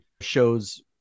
shows